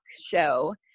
show